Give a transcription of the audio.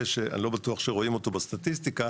שאני לא בטוח שרואים אותו בסטטיסטיקה,